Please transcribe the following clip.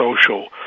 social